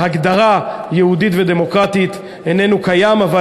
ההגדרה "יהודית ודמוקרטית" איננה קיימת,